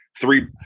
three